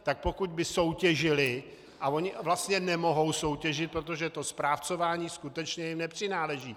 Tak pokud by soutěžily, a ony vlastně nemohou soutěžit, protože to správcování skutečně jim nepřináleží.